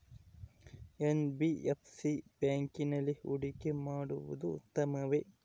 NBFC ಬ್ಯಾಂಕಿನಲ್ಲಿ ಹೂಡಿಕೆ ಮಾಡುವುದು ಉತ್ತಮವೆ?